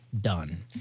done